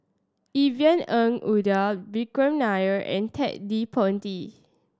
Yvonne Ng Uhde Vikram Nair and Ted De Ponti